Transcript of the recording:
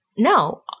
No